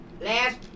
Last